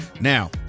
now